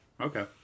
Okay